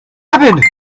happened